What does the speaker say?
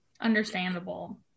Understandable